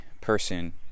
person